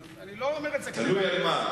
אני לא אומר את זה כדי, תלוי על מה.